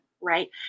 right